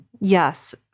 yes